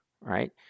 right